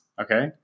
Okay